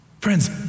Friends